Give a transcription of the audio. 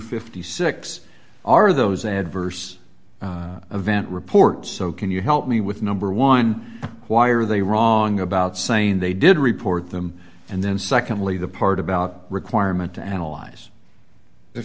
fifty six are those adverse event reports so can you help me with number one why are they wrong about saying they did report them and then secondly the part about requirement to analyze